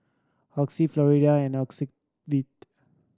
Oxy Floxia and Ocuvite